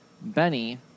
Benny